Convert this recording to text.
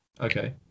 Okay